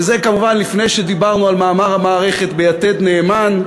וזה כמובן לפני שדיברנו על מאמר המערכת ב"יתד נאמן",